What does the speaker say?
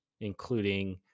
including